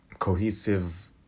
cohesive